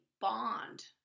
bond